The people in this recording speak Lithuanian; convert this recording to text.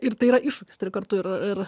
ir tai yra iššūkis ir kartu ir